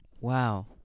Wow